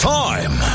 time